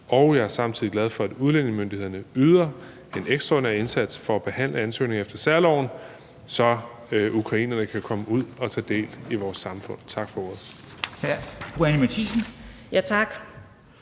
Jeg er samtidig glad for, at udlændingemyndighederne yder en ekstraordinær indsats for at behandle ansøgningerne efter særloven, så ukrainerne kan komme ud og tage del i vores samfund. Tak for ordet.